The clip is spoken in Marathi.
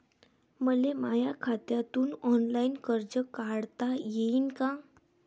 मले माया खात्यातून ऑनलाईन कर्ज काढता येईन का?